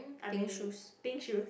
I'm in pink shoes